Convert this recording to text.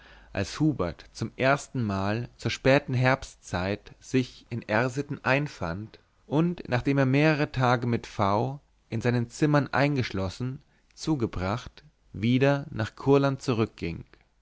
als hubert zum erstenmal zur späten herbstzeit sich in r sitten einfand und nachdem er mehrere tage mit v in seinem zimmer eingeschlossen zugebracht wieder nach kurland zurückging